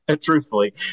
truthfully